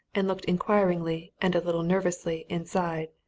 and looked inquiringly and a little nervously inside.